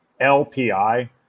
LPI